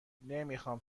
نمیخام